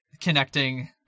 connecting